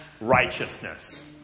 righteousness